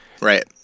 Right